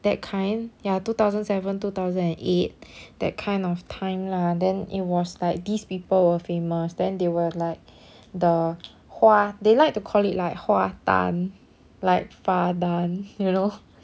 that kind ya two thousand seven two thousand and eight that kind of time lah then it was like these people were famous then they were like the 花 they like to call it like 花旦 like 罚单 you know